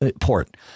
port